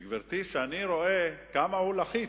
גברתי, כשאני רואה כמה הוא לחיץ,